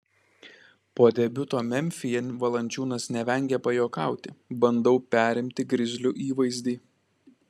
po debiuto memfyje valančiūnas nevengė pajuokauti bandau perimti grizlių įvaizdį